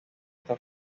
hasta